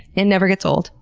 it never gets old?